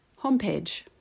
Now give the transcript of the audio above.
homepage